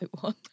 one